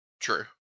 True